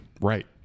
Right